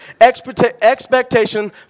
expectation